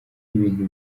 ibintu